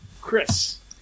Chris